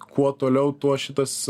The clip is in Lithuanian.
kuo toliau tuo šitas